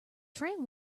tram